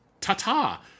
Ta-ta